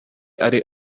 ari